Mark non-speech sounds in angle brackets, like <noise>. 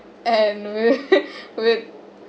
and <laughs> we